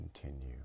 continue